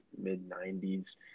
mid-90s